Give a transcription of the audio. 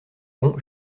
bon